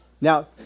Now